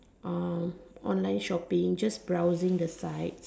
uh online shopping just browsing the site